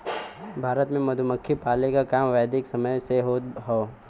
भारत में मधुमक्खी पाले क काम वैदिक समय से होत हौ